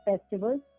festivals